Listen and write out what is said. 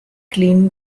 clean